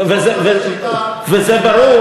השיטה, וזה ברור